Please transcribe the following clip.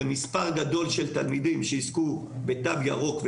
זה מספר גדול של תלמידים שיזכו בתו ירוק,